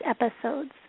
episodes